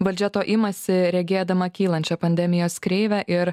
valdžia to imasi regėdama kylančią pandemijos kreivę ir